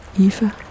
Eva